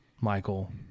michael